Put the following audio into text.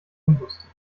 unlustig